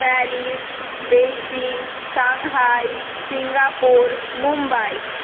Paris Beijing Shanghai Singapore Mumbai